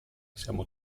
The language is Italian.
siamo